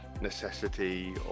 necessity